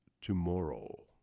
tomorrow